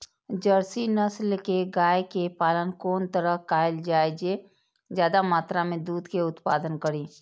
Jersey नस्ल के गाय के पालन कोन तरह कायल जाय जे ज्यादा मात्रा में दूध के उत्पादन करी?